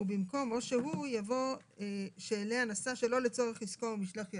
'ובמקום "או שהוא" יבוא "שאליה נסע שלא לצורך עיסוקו או משלח ידו"'.